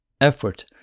effort